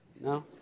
No